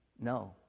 no